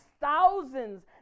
thousands